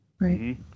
right